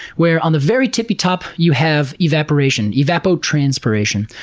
where on the very tippy top you have evaporation, evapotranspiration.